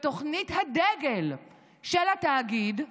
בתוכנית הדגל של התאגיד,